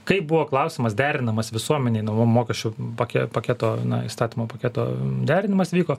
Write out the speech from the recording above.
kaip buvo klausimas derinamas visuomenėje nuo va mokesčių pake paketo na įstatymo paketo derinimas vyko